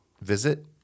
Visit